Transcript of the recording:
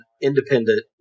independent